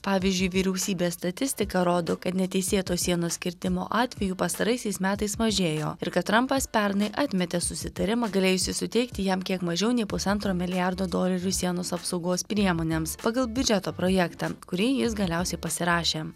pavyzdžiui vyriausybės statistika rodo kad neteisėto sienos kirtimo atvejų pastaraisiais metais mažėjo ir kad trampas pernai atmetė susitarimą galėjusį suteikti jam kiek mažiau nei pusantro milijardo dolerių sienos apsaugos priemonėms pagal biudžeto projektą kurį jis galiausiai pasirašė